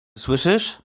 słyszysz